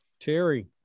Terry